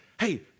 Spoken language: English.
Hey